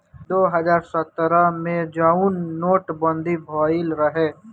दो हज़ार सत्रह मे जउन नोट बंदी भएल रहे